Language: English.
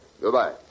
Goodbye